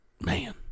man